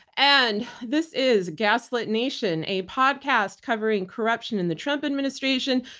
and this is gaslit nation, a podcast covering corruption in the trump administration,